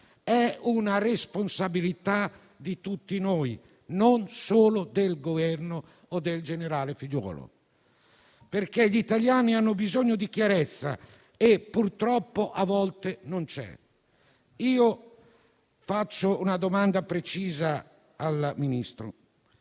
è una responsabilità di tutti noi, non solo del Governo o del generale Figliuolo. Gli italiani hanno bisogno di chiarezza e purtroppo a volte non c'è. Rivolgo una domanda precisa al Ministro.